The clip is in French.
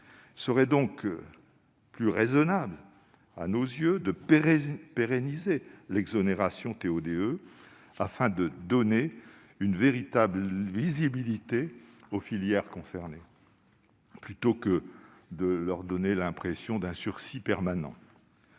Il serait donc beaucoup plus raisonnable de pérenniser l'exonération TO-DE, afin de donner une véritable visibilité aux filières concernées, plutôt que de leur donner l'impression d'un sursis permanent.